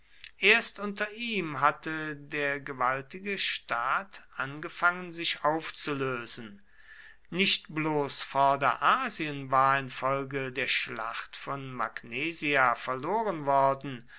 erst unter ihm hatte der gewaltige staat angefangen sich aufzulösen nicht bloß vorderasien war infolge der schlacht von magnesia verloren worden